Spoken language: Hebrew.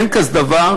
אין כזה דבר.